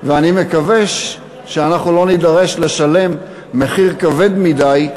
ואני מקווה שאנחנו לא נידרש לשלם מחיר כבד מדי,